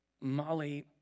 Molly